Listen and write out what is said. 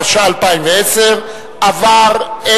התשע"א 2010. נא להצביע,